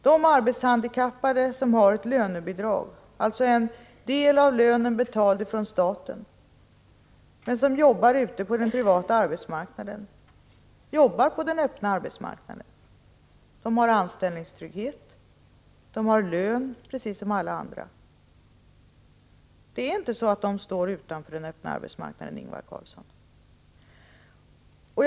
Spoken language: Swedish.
De arbetshandikappade som har ett lönebidrag — och alltså får en del av lönen betald av staten — men som jobbar ute på den privata arbetsmarknaden tillhör också den öppna arbetsmarknaden. De har anställningstrygghet och lön, precis som alla andra på den öppna arbetsmarknaden. Det är inte så att de står utanför den öppna arbetsmarknaden, Ingvar Karlsson.